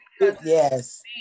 yes